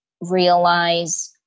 realize